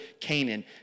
Canaan